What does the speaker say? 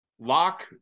lock